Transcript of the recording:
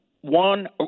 One